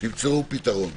תמצאו פתרון.